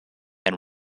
and